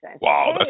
Wow